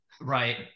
Right